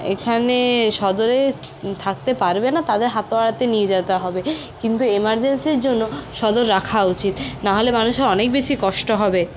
এখানে সদরে থাকতে পারবে না তাদের হাতোয়াড়াতে নিয়ে যেতে হবে কিন্তু এমার্জেন্সির জন্য সদর রাখা উচিত না হলে মানুষের অনেক বেশি কষ্ট হবে